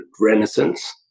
renaissance